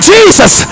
Jesus